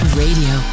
radio